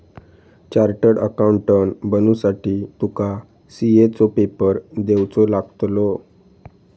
chartered accountant बनुसाठी तुका CA चो पेपर देवचो लागतलो